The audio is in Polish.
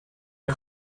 jak